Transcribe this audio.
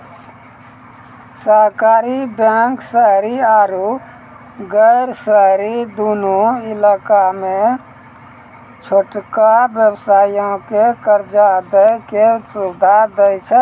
सहकारी बैंक शहरी आरु गैर शहरी दुनू इलाका मे छोटका व्यवसायो के कर्जा दै के सुविधा दै छै